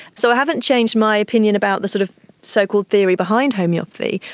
so i haven't changed my opinion about the sort of so-called theory behind homoeopathy,